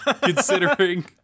considering